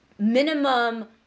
minimum